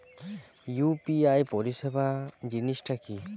UPI পরিসেবা জিনিসটা কি?